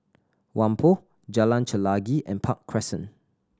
Whampoa Jalan Chelagi and Park Crescent